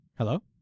hello